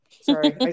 Sorry